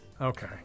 Okay